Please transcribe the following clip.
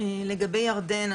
לגבי ירדן,